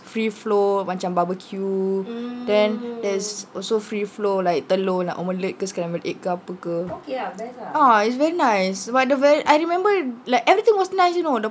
free flow macam barbecue then there's also free flow like telur nak omelette ke scrambled egg ke apa burger uh it's very nice but the ver~ I remember like everything was nice you know the